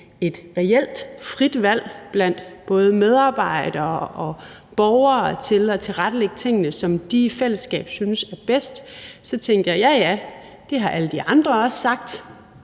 et reelt frit valg blandt både medarbejdere og borgere til at tilrettelægge tingene sådan, som de i fællesskab synes er bedst, tænkte jeg: Ja, ja, det har alle de andre også sagt,